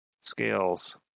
scales